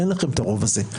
אין לכם את הרוב הזה.